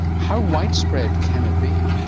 how widespread can it be?